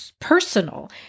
personal